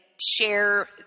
share